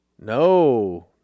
No